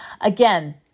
again